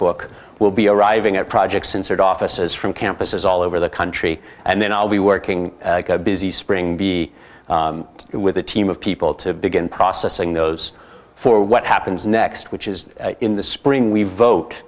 book will be arriving at projects inside offices from campuses all over the country and then i'll be working busy spring be with a team of people to begin processing those for what happens next which is in the spring we vote